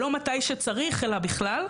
לא מתי שצריך, אלא בכלל.